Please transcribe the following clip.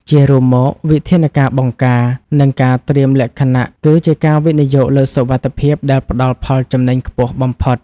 ជារួមមក វិធានការបង្ការ និងការត្រៀមលក្ខណៈ គឺជាការវិនិយោគលើសុវត្ថិភាពដែលផ្ដល់ផលចំណេញខ្ពស់បំផុត។